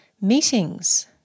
meetings